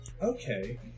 Okay